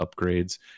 upgrades